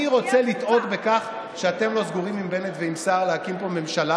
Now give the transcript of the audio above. אני רוצה לטעות בכך שאתם לא סגורים עם בנט ועם סער להקים פה ממשלה